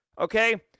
okay